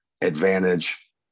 Advantage